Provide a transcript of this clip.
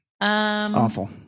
Awful